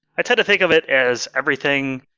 i tend to think of it as everything,